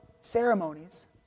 ceremonies